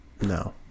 No